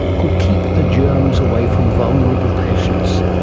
could keep the germs away from vulnerable patients.